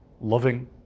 loving